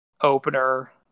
opener